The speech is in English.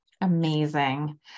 Amazing